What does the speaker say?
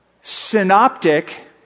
Synoptic